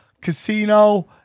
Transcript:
casino